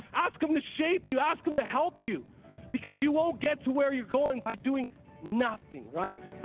ask him to shape you. ask him to help you because you won't get to where you're going by doing nothing, right?